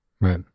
right